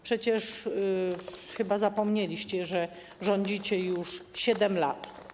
Przecież chyba zapomnieliście, że rządzicie już 7 lat.